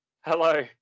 Hello